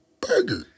Burger